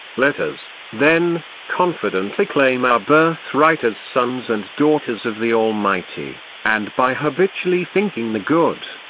let us, then, confidently claim our birthright as sons and daughters of the almighty, and by habitually thinking the good,